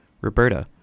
Roberta